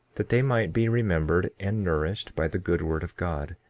that they might be remembered and nourished by the good word of god,